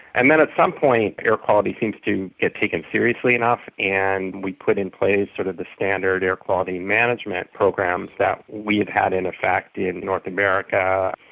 and then at some point air quality seems to get taken seriously enough, and we put in place sort of the standard air quality management programs that we have had in effect in north america,